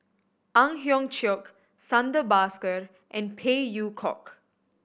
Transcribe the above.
Ang Hiong Chiok Santha Bhaskar and Phey Yew Kok